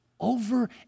Over